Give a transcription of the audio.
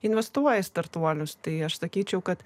investuoja startuolius tai aš sakyčiau kad